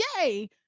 yay